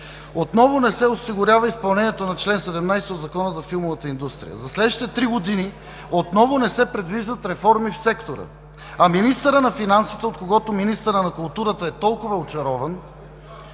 отново не се осигурява изпълнението на чл. 17 от Закона за филмовата индустрия. За следващите три години отново не се предвиждат реформи в сектора, а министърът на финансите, от когото министърът на културата е толкова очарован,